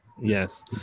Yes